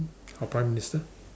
our prime minister